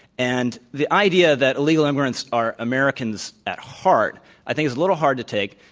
and the idea that illegal immigrants are americans at heart i think is a little hard to take.